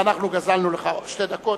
אנחנו גזלנו לך שתי דקות.